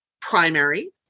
primary